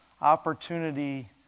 Opportunity